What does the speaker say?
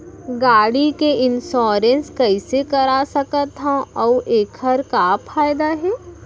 गाड़ी के इन्श्योरेन्स कइसे करा सकत हवं अऊ एखर का फायदा हे?